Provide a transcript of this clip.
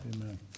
Amen